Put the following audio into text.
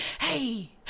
Hey